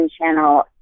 channel